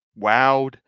wowed